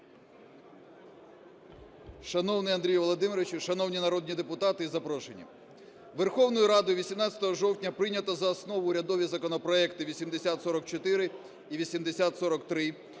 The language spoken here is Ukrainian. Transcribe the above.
Шановний Андрію Володимировичу, шановні народні депутати і запрошені! Верховною Радою 18 жовтня прийнято за основу урядові законопроекти 8044 і 8043